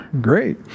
Great